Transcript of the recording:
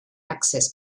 access